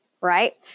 right